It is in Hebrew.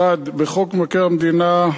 1. בחוק מבקר המדינה,